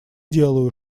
делаю